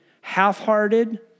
half-hearted